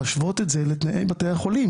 השאירו את חובת הבידוד בתוקף לפחות לחודשים